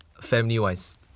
family-wise